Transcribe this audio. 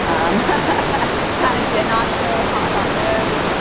um ah kind of did not, so hot on those.